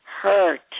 hurt